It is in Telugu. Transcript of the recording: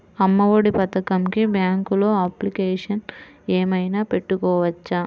అమ్మ ఒడి పథకంకి బ్యాంకులో అప్లికేషన్ ఏమైనా పెట్టుకోవచ్చా?